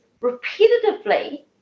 repetitively